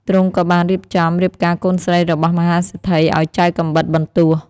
ទ្រង់ក៏បានរៀបចំរៀបការកូនស្រីរបស់មហាសេដ្ឋីឱ្យចៅកាំបិតបន្ទោះ។